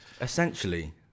essentially